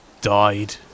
died